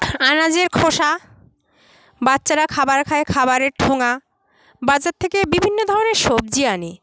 আনাজের খোসা বাচ্চারা খাবার খায় খাবারের ঠোঙা বাজার থেকে বিভিন্ন ধরনের সবজি আনি